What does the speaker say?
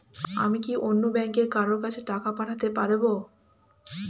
আমি কি অন্য ব্যাংকের কারো কাছে টাকা পাঠাতে পারেব?